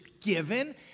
given